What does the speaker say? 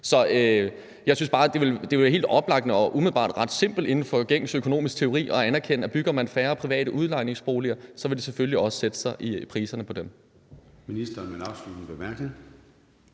Så jeg synes bare, det vil være helt oplagt og umiddelbart ret simpelt inden for gængs økonomisk teori at anerkende, at bygger man færre private udlejningsboliger, så vil det selvfølgelig også sætte sig i priserne på dem.